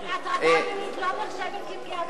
הטרדה מינית לא נחשבת פגיעה בעבודה.